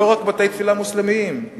לא רק בתי-תפילה מוסלמיים,